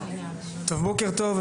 בוקר טוב,